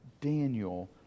Daniel